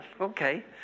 Okay